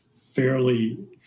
fairly